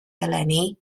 eleni